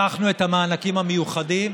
הארכנו את המענקים המיוחדים,